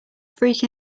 freak